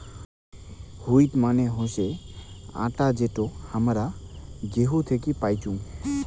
wheat মানে হসে আটা যেটো হামরা গেহু থাকি পাইচুং